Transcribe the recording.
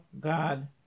God